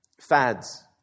Fads